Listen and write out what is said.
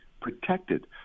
protected